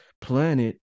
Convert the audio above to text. planet